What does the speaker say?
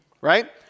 Right